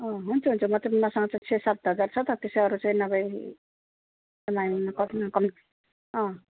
अँ हुन्छ हुन्छ म त मसँग त छ सात हजार छ त त्यसो अरू चाहिँ नभए अँ